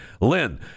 Lynn